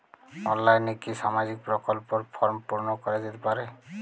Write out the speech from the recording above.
অনলাইনে কি সামাজিক প্রকল্পর ফর্ম পূর্ন করা যেতে পারে?